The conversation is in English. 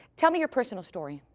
tell me your personal story.